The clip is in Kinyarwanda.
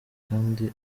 kandi